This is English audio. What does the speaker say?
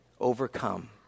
overcome